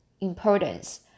importance